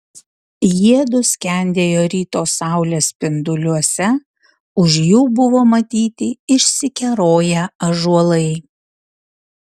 jiedu skendėjo ryto saulės spinduliuose už jų buvo matyti išsikeroję ąžuolai